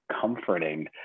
comforting